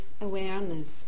awareness